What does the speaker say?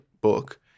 book